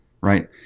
right